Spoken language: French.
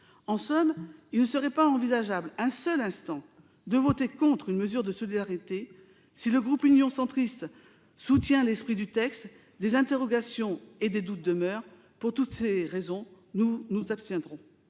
En somme, il ne serait pas envisageable un seul instant de voter contre une mesure de solidarité. Si le groupe Union Centriste soutient l'esprit du texte, des interrogations et des doutes demeurent. Pour toutes ces raisons, nous nous abstiendrons.